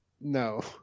no